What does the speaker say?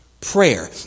prayer